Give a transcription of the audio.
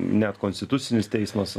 net konstitucinis teismas